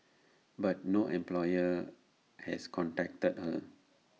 but no employer has contacted her